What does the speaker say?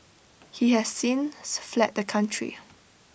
he has since fled the country